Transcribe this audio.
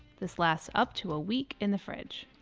this lasts up to a week in the fridge.